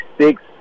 six